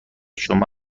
شما